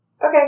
Okay